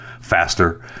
faster